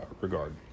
regard